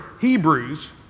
Hebrews